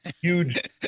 huge